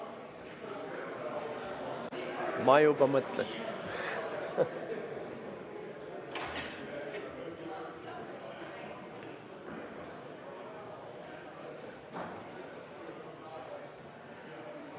Ma juba mõtlesin